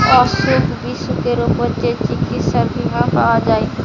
অসুখ বিসুখের উপর যে চিকিৎসার বীমা পাওয়া যায়